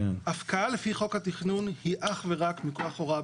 הפקעה על פי חוק התכנון היא אך ורק בתוכנית.